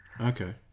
okay